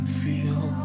feel